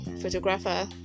photographer